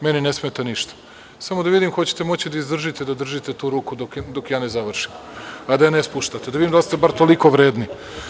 Meni ne smeta ništa, samo da vidim hoćete li moći da izdržite da držite tu ruku dok ja ne završim, a da je ne spuštate da vidim, da li ste bar toliko vredni.